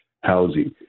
housing